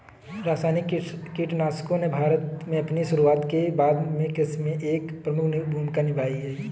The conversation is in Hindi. रासायनिक कीटनाशकों ने भारत में अपनी शुरूआत के बाद से कृषि में एक प्रमुख भूमिका निभाई है